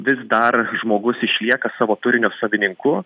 vis dar žmogus išlieka savo turinio savininku